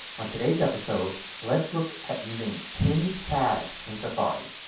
on today's episode let's look at using pinned tabs in safari.